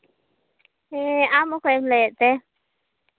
ᱦᱮᱸ ᱟᱢ ᱚᱠᱚᱭᱮᱢ ᱞᱟᱹᱭᱟᱹᱜ ᱛᱮ